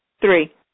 Three